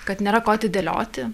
kad nėra ko atidėlioti